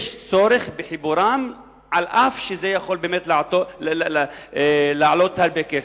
יש צורך בחיבורם אף-על-פי שזה יכול באמת לעלות הרבה כסף.